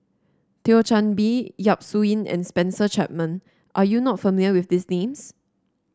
Thio Chan Bee Yap Su Yin and Spencer Chapman are you not familiar with these names